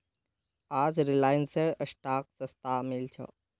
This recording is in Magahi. आज रिलायंसेर स्टॉक सस्तात मिल छ